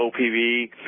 opv